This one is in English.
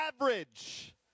average